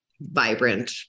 Vibrant